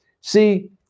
See